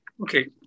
Okay